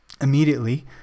immediately